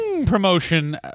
promotion